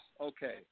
Okay